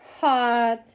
hot